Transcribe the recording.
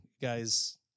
guys